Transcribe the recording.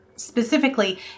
specifically